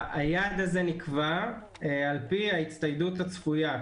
היעד הזה נקבע על פי ההצטיידות הצפויה,